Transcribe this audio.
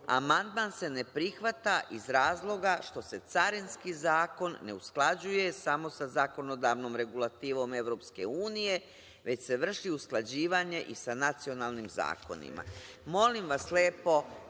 amandman se ne prihvata iz razloga što se Carinski zakon ne usklađuje samo sa zakonodavnom regulativom EU, već se vrši usklađivanje i sa nacionalnim zakonima. Molim vas lepo,